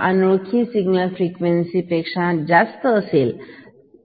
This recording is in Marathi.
अनोळखी सिग्नल फ्रिक्वेन्सी पेक्षा जास्त असेल आणि